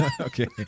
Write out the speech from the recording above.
Okay